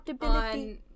on